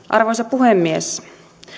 arvoisa puhemies